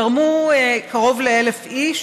תרמו קרוב ל-1,000 איש,